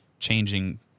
changing